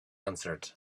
answered